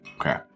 Okay